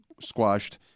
squashed